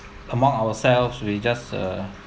among ourselves we just uh